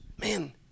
Man